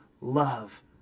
love